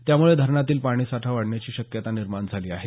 त्यामुळे धरणातील पाणीसाठा वाढण्याची शक्यता निर्माण झाली आहे